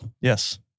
Yes